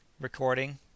Recording